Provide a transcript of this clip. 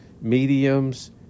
mediums